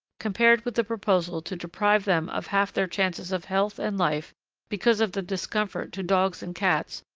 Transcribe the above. compared with the proposal to deprive them of half their chances of health and life because of the discomfort to dogs and cats,